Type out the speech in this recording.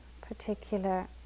particular